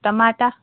टमाटा